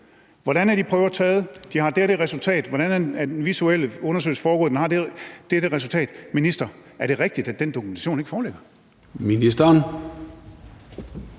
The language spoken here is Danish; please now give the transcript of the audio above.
Hvordan er de prøver taget? De har det og det resultat. Hvordan er den visuelle undersøgelse foregået? Den har dette resultat. Minister, er det rigtigt, at den dokumentation ikke foreligger?